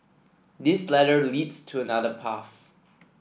this ladder leads to another path